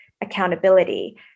accountability